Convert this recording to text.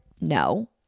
No